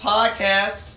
podcast